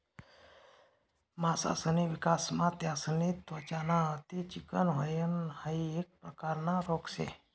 मासासनी विकासमा त्यासनी त्वचा ना अति चिकनं व्हयन हाइ एक प्रकारना रोग शे